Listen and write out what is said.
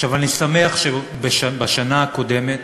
עכשיו, אני שמח שבשנה הקודמת